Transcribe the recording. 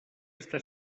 està